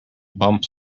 bump